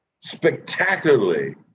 spectacularly